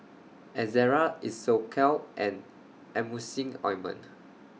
Ezerra Isocal and Emulsying Ointment